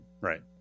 Right